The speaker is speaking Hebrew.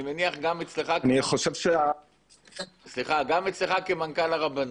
אני מניח שהיה מונח גם אצלך כמנכ"ל הרבנות.